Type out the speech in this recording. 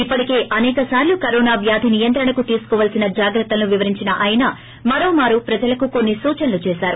ఇప్పటికే అసేక సార్లు కరోనా వ్యాధ నియంత్రణకు తీసుకోవాల్సిన జాగ్రత్తలను వివరించిన ఆయన మరోమారు ప్రజలకు కొన్సి సూచనలు చేశారు